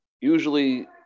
usually